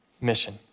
mission